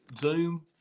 Zoom